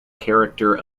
character